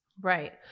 Right